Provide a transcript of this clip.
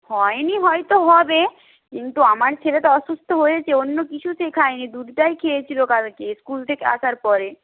হয় নি হয়তো হবে কিন্তু আমার ছেলে তো অসুস্থ হয়েছে অন্য কিছু সে খায় নি দুধটাই খেয়েছিলো কালকে স্কুল থেকে আসার পরে